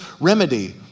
remedy